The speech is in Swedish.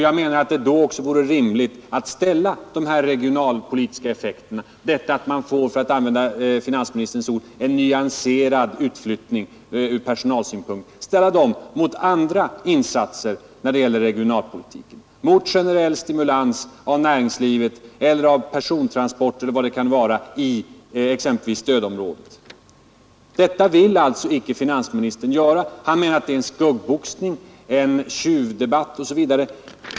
Jag menar att det då också vore rimligt att ställa de regionalpolitiska effekterna, detta att man får, för att använda finansministerns ord, en nyanserad utflyttning ur personalsynpunkt, mot andra insatser när det gäller regionalpolitiken, exempelvis generell stimulans av näringslivet eller av persontransporterna i stödområdet. Detta vill alltså icke finansministern göra. Han menar att det är en skuggboxning, en tjuvstart osv.